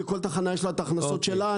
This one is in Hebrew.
כי כל תחנה יש לה את ההכנסות שלה.